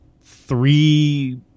three